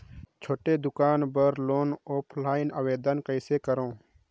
छोटे दुकान बर लोन ऑफलाइन आवेदन कइसे करो?